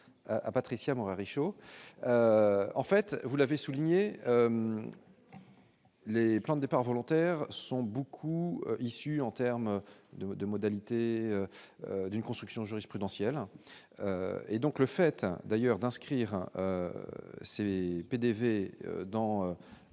à Patricia maréchaux, en fait, vous l'avez souligné les plantes départs volontaires sont beaucoup issus en terme de de modalités d'une construction jurisprudentielle et donc le fait d'ailleurs d'inscrire c'est PDV dans